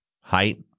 Height